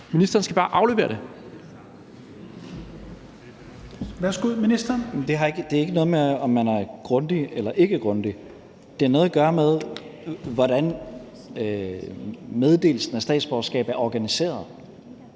(Mattias Tesfaye): Det har ikke noget at gøre med, om man er grundig eller ikke grundig. Det har noget at gøre med, hvordan meddelelsen af statsborgerskab er organiseret,